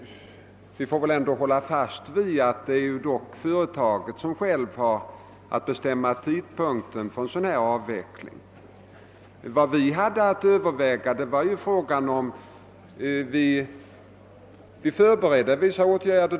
Vi får väl ändå hålla fast vid att företaget självt har att bestämma tidpunkten för en avveckling. Vad vi hade att överväga var om vi skulle förbereda vissa åtgärder.